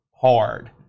hard